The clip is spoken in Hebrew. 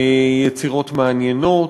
יצירות מעניינות.